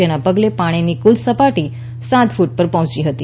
જેને પગલે પાણીની કુલ સપાટી સાત ફુટ પર પહોંચી હતી